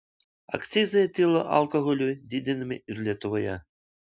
akcizai etilo alkoholiui didinami ir lietuvoje